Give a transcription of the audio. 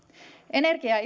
energia ja